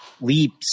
leaps